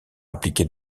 appliqués